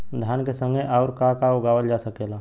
धान के संगे आऊर का का उगावल जा सकेला?